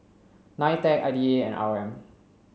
NITEC I D A and R O M